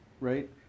right